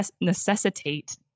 necessitate